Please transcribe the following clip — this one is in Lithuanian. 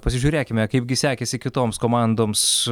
pasižiūrėkime kaipgi sekėsi kitoms komandoms